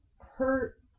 hurt